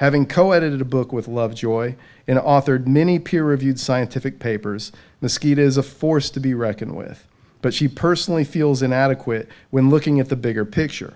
having co edited a book with love joy and authored many peer reviewed scientific papers the skeet is a force to be reckoned with but she personally feels inadequate when looking at the bigger picture